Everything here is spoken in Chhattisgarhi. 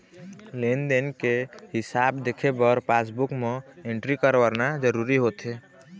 लेन देन के हिसाब देखे बर पासबूक म एंटरी करवाना जरूरी होथे